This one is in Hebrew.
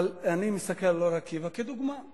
אבל אני מסתכל על אור-עקיבא כדוגמה.